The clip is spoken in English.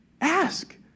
ask